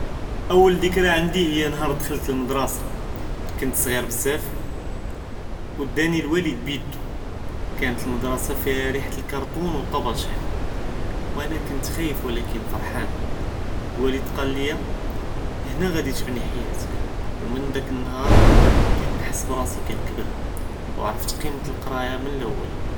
اول דכּרא ע׳נדי היא נהאר דכלת למדרסה كنت צע׳יר بزאף ודאני אלואלד בידו، כאנת למדרסה פיה ריחת אלכּארטון ואלטבאשיר، ואנא كنت ח׳איף ולכּן פרחאן אלואלד קאל ליא האנא ע׳די תבני חיאתך ומן האדכּ נהאר בדית נחס ראסי כנכּבר וע׳רפת קימאת לקראיא מאללול.